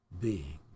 beings